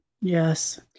Yes